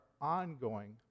ongoing